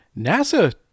NASA